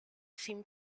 seemed